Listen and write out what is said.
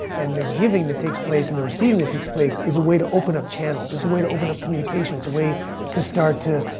and the giving that takes place and the receiving that takes place is a way to open up channels, it's a way to open up communications, it's a way to start to,